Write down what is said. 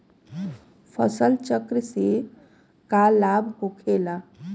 फसल चक्र से का लाभ होखेला?